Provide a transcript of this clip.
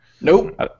Nope